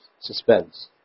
suspense